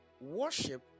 Worship